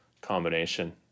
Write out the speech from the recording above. combination